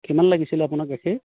কিমান লাগিছিলে আপোনাক গাখীৰ